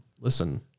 Listen